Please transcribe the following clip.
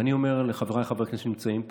ואני אומר לחבריי חברי הכנסת שנמצאים פה,